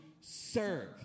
serve